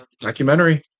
Documentary